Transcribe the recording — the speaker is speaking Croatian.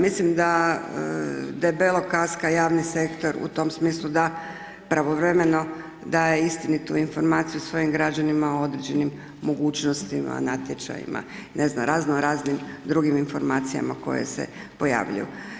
Mislim da debelo kasna javni sektor u tom smislu da pravovremeno daje istinitu informaciju svojim građanima o određenim mogućnostima natječajima, ne znam, razno raznim drugim informacijama koje se pojavljuju.